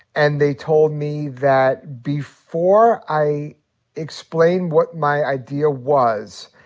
and they told me that before i explained what my idea was,